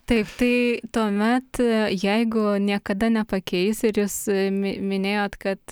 taip tai tuomet jeigu niekada nepakeis ir jūs mi minėjot kad